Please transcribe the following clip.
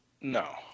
No